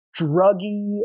Druggy